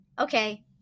Okay